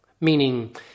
Meaning